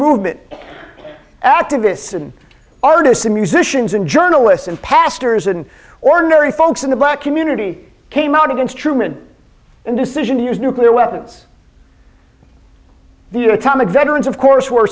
movement activists and artists and musicians and journalists and pastors and ordinary folks in the black community came out against truman and decision to use nuclear weapons the atomic veterans of course were